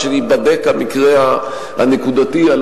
עד שייבדק המקרה הנקודתי?